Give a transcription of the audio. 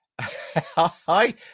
hi